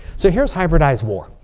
so here's hybridized war.